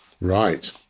right